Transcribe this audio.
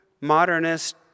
modernist